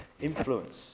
influence